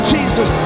Jesus